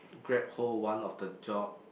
grab hold one of the job